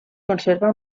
conserva